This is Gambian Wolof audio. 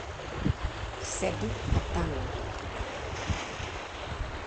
Sedd ak tàngoor.